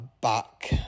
back